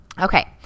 Okay